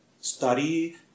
study